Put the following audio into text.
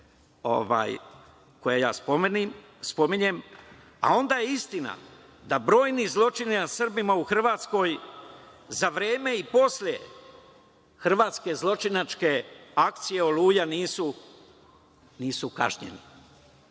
koje spominjem, a onda je istina da brojni zločini nad Srbima u Hrvatskoj za vreme i posle hrvatske zločinačke akcije „Oluja“ nisu kažnjeni. Gospodo